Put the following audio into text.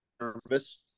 Service